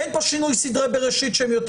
אין פה שינוי סדרי בראשית שהם יותר